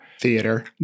Theater